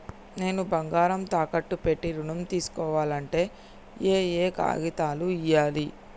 నేను బంగారం తాకట్టు పెట్టి ఋణం తీస్కోవాలంటే ఏయే కాగితాలు ఇయ్యాలి?